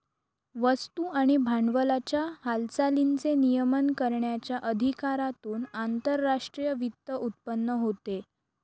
वस्तू आणि भांडवलाच्या हालचालींचे नियमन करण्याच्या अधिकारातून आंतरराष्ट्रीय वित्त उत्पन्न होते